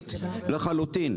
עצמאית לחלוטין.